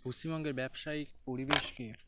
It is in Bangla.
পশ্চিমবঙ্গের ব্যবসায়িক পরিবেশকে